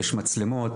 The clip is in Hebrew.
יש מצלמות,